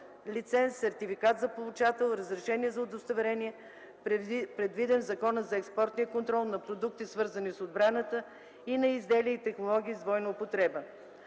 лиценз, сертификат за получател, разрешение или удостоверение, предвиден в Закона за експортния контрол на продукти, свързани с отбраната, и на изделия и технологии с двойна употреба.